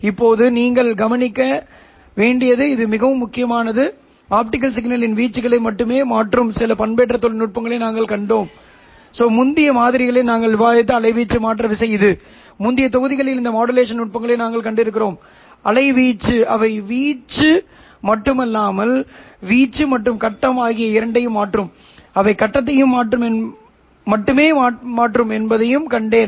இப்போது இந்த ωs ωLO ஐ ஒருவர் அகற்ற முடியும் இந்த வார்த்தையை வடிகட்டுவதன் மூலம் நான் அதை அகற்ற முடியும் எனவே நான் ஒரு வடிப்பானை வைத்தால் அது ωIF ஐ மையமாகக் கொண்ட சமிக்ஞையை மட்டுமே கடந்து மற்ற சமிக்ஞையை நிராகரித்தால் ωs ωLO சிக்னலை நிராகரிக்கலாம் பின்னர் இந்த சொல் நீக்கப்பட்டது சரி